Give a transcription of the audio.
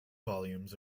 volumes